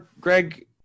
Greg